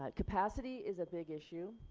ah capacity is a big issue.